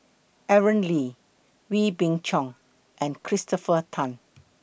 Aaron Lee Wee Beng Chong and Christopher Tan